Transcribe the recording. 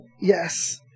Yes